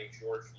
George